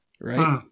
right